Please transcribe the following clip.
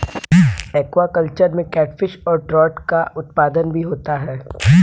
aquaculture में catfish और trout का उत्पादन भी होता है